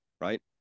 Right